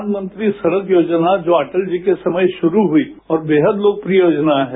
प्रधानमंत्री सड़क योजना जो अटल जी के समय शुरू हई और बेहद लोकप्रिय योजना है